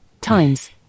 times